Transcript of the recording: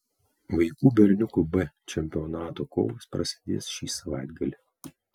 vaikų berniukų b čempionato kovos prasidės šį savaitgalį